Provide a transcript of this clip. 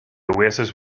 oasis